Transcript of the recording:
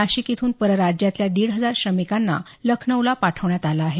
नाशिक इथून परराज्यातल्या दीड हजार श्रमिकांना लखनऊला पाठवण्यात आलं आहे